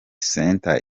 center